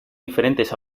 diferentes